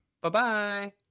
Bye-bye